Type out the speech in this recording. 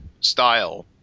style